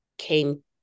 came